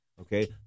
okay